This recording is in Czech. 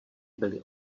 byli